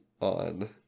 on